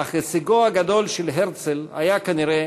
אך הישגו הגדול של הרצל היה כנראה